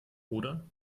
oder